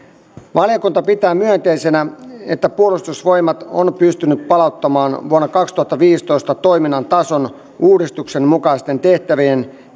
valiokunta pitää myönteisenä että puolustusvoimat on pystynyt palauttamaan vuonna kaksituhattaviisitoista toiminnan tason uudistuksen mukaisten tehtävien